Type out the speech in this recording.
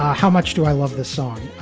how much do i love this song?